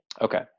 Okay